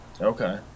Okay